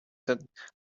that